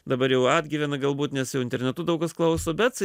dabar jau atgyvena galbūt nes jau internetu daug kas klauso bet